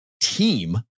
Team